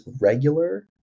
regular